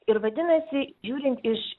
ir vadinasi žiūrint iš